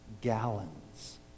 gallons